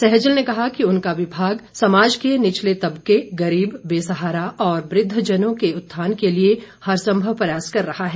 सैजल ने कहा कि उनका विभाग समाज के निचले तबके गरीब बेसहारा और वुद्धजनों के उत्थान के लिए हरसंभव प्रयास कर रहा है